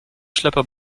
schlepper